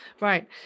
Right